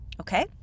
Okay